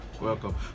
welcome